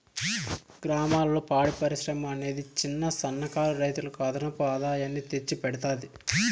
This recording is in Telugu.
గ్రామాలలో పాడి పరిశ్రమ అనేది చిన్న, సన్న కారు రైతులకు అదనపు ఆదాయాన్ని తెచ్చి పెడతాది